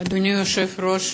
אדוני היושב-ראש,